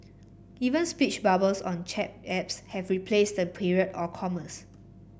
even speech bubbles on chat apps have replaced the period or commas